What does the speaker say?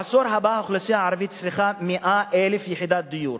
בעשור הבא האוכלוסייה הערבית צריכה 100,000 יחידות דיור.